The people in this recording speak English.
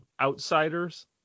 outsiders